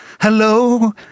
Hello